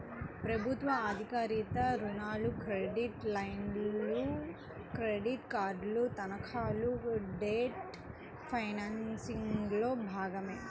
ప్రభుత్వ ఆధారిత రుణాలు, క్రెడిట్ లైన్లు, క్రెడిట్ కార్డులు, తనఖాలు డెట్ ఫైనాన్సింగ్లో భాగమే